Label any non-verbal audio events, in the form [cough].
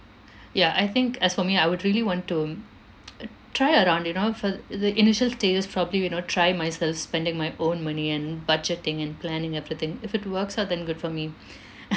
ya I think as for me I would really want to [noise] try around you know for the initial stage probably you know try myself spending my own money and budgeting and planning everything if it works out then good for me